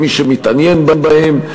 למי שמתעניין בהם,